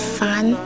fun